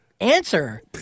answer